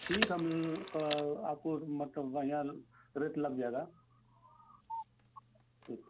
ठीक हम आपको मतलब बढ़िया रेट लग जाएगा ठीक